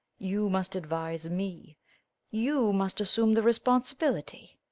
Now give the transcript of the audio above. you must advise me you must assume the responsibility.